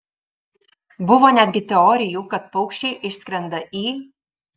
buvo netgi teorijų kad paukščiai išskrenda į